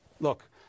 Look